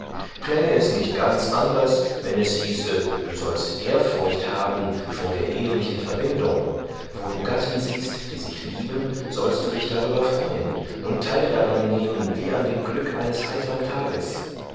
klänge es nicht ganz anders wenn es hieße du sollst ehrfurcht haben vor der ehelichen verbindung wo du gatten siehst die sich lieben sollst du dich darüber freuen und teil daran nehmen wie an dem glück eines heitern tages